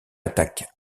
attaque